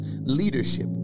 leadership